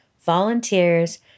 volunteers